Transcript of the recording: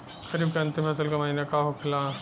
खरीफ के अंतिम फसल का महीना का होखेला?